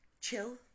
Chill